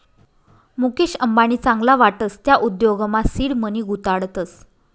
मुकेश अंबानी चांगला वाटस त्या उद्योगमा सीड मनी गुताडतस